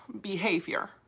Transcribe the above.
behavior